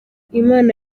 imana